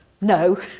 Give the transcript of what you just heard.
no